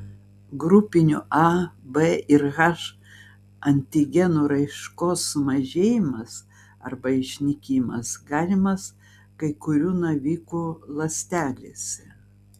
grupinių a b ir h antigenų raiškos sumažėjimas arba išnykimas galimas kai kurių navikų ląstelėse